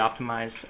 optimized